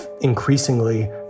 Increasingly